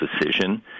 decision